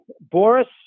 Boris